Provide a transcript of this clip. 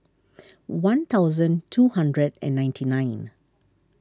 one thousand two hundred and ninety nine